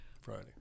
Friday